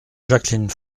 jacqueline